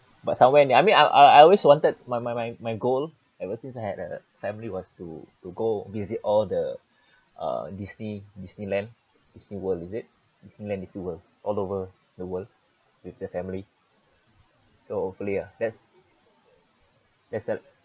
but somewhere near I mean I I always wanted my my my my goal ever since I had a family was to to go and visit all the uh disney disneyland disney world is it disney land disneyworld all over the world with the family so hopefully ah that's that's it